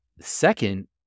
second